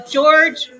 George